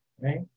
right